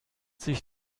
sich